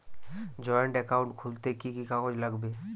Joint account খুলতে কি কি কাগজ লাগবে?